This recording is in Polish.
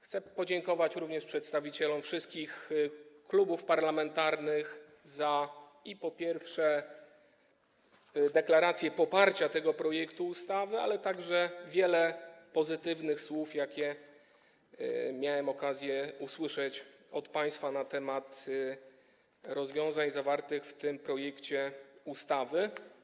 Chcę podziękować również przedstawicielom wszystkich klubów parlamentarnych za deklarację poparcia tego projektu ustawy, ale także za wiele pozytywnych słów, jakie miałem okazję usłyszeć od państwa na temat rozwiązań zawartych w tym projekcie ustawy.